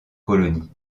colonies